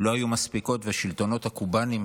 לא היו מספיקות, והשלטונות הקובנים